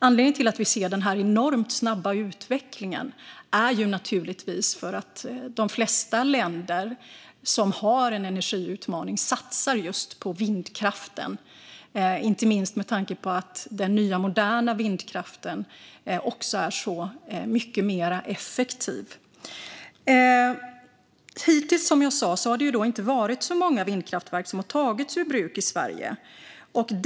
Anledningen till att vi ser denna enormt snabba utveckling är naturligtvis att de flesta länder som har en energiutmaning satsar på vindkraften, inte minst med tanke på att den nya moderna vindkraften är mycket mer effektiv. Hittills, som jag sa, har det inte varit så många vindkraftverk i Sverige som har tagits ur bruk.